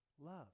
Love